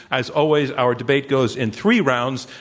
as always, our debate goes in three rounds,